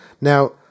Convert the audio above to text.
Now